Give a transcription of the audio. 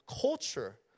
culture